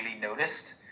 noticed